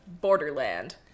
borderland